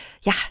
Ja